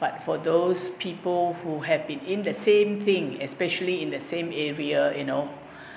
but for those people who have been in the same thing especially in the same area you know